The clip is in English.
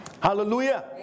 Hallelujah